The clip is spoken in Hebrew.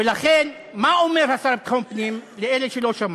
ולכן, מה אומר השר לביטחון פנים לאלה שלא שמעו?